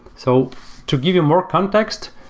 so to give you more context,